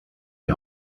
die